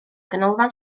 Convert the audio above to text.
ganolfan